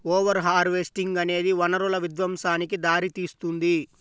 over harvesting అనేది వనరుల విధ్వంసానికి దారితీస్తుంది